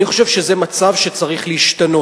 אני חושב שזה מצב שצריך להשתנות.